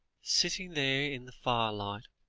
sitting there in the firelight,